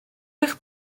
eich